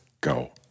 go